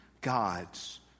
God's